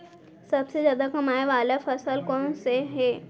सबसे जादा कमाए वाले फसल कोन से हे?